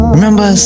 Remember